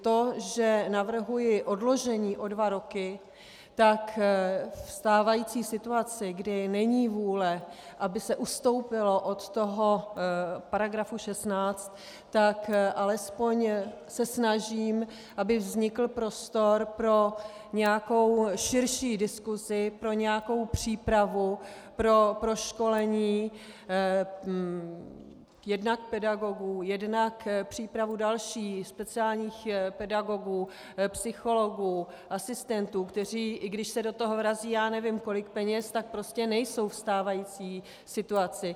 To, že navrhuji odložení o dva roky, tak v stávající situaci, kdy není vůle, aby se ustoupilo od toho § 16, tak alespoň se snažím, aby vznikl prostor pro nějakou širší diskusi, pro nějakou přípravu, pro proškolení jednak pedagogů, jednak přípravu dalších speciálních pedagogů, psychologů, asistentů, kteří, i když se do toho vrazí já nevím kolik peněz, tak prostě nejsou v stávající situaci.